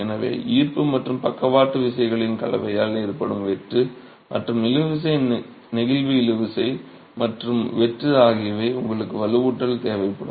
எனவே ஈர்ப்பு மற்றும் பக்கவாட்டு விசைகளின் கலவையால் ஏற்படும் வெட்டு மற்றும் இழுவிசை நெகிழ்வு இழுவிசை மற்றும் வெட்டு ஆகியவை உங்களுக்கு வலுவூட்டல் தேவைப்படும்